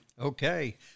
Okay